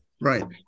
Right